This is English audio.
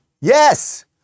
yes